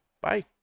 Bye